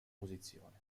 posizione